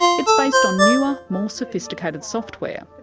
it's based on newer, more sophisticated software.